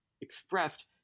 expressed